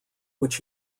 which